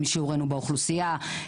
משיעורינו באוכלוסייה.